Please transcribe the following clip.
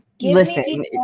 listen